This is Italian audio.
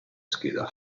scheda